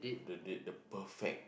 the date the perfect